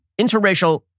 interracial